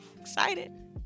Excited